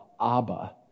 Abba